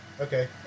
Okay